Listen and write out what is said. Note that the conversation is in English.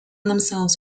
themselves